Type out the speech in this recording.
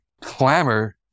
clamor